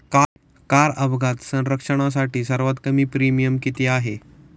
Car अपघात संरक्षणासाठी सर्वात कमी प्रीमियम किती आहे?